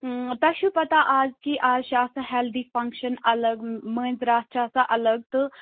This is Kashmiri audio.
تۄہہِ چھُو پَتاہ اَز کہِ اَز چھِ آسان ہیلدی فَنٛکشَن الگ مٲنِٛزِراتھ چھِ آسان الگ تہٕ